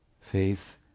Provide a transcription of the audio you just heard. faith